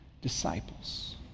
disciples